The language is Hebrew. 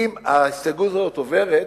אם ההסתייגות הזאת עוברת,